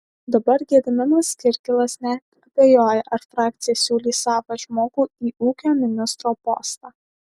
dabar gediminas kirkilas net abejoja ar frakcija siūlys savą žmogų į ūkio ministro postą